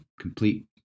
complete